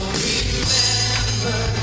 remember